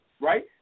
Right